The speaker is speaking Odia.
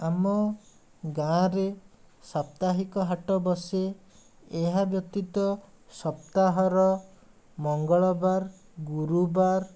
ଆମ ଗାଁରେ ସାପ୍ତାହିକ ହାଟ ବସେ ଏହା ବ୍ୟତୀତ ସପ୍ତାହର ମଙ୍ଗଳବାର ଗୁରୁବାର